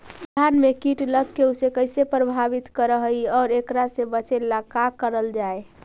धान में कीट लगके उसे कैसे प्रभावित कर हई और एकरा से बचेला का करल जाए?